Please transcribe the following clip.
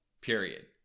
period